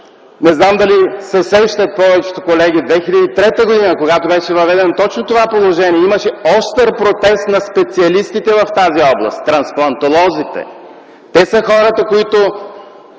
не знам дали се сещат повечето колеги, че 2003 г., когато беше въведено точно това положение, имаше остър протест на специалистите в тази област – трансплантолозите. Те са хората, които